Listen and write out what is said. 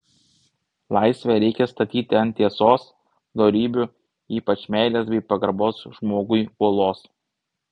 laisvę reikia statyti ant tiesos dorybių ypač meilės bei pagarbos žmogui uolos